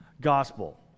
gospel